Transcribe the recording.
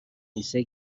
ise